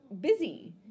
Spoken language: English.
busy